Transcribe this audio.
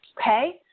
Okay